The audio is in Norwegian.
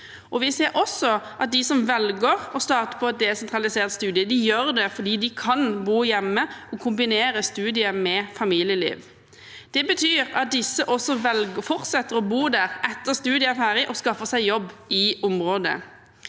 Vi ser også at de som velger å starte på et desentralisert studium, gjør det fordi de kan bo hjemme og kombinere studiet med familieliv. Det betyr at disse også fortsetter å bo der etter at studiet er ferdig, og skaffer seg jobb i området.